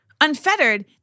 Unfettered